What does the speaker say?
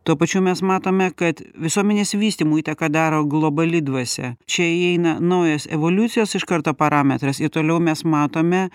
tuo pačiu mes matome kad visuomenės vystymui įtaką daro globali dvasia čia įeina naujas evoliucijos iš karto parametras ir toliau mes matome